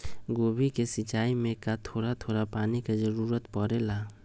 गोभी के सिचाई में का थोड़ा थोड़ा पानी के जरूरत परे ला?